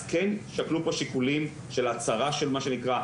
אז כן שקלו פה שיקולים של הצהרה של מה שנקרא,